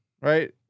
right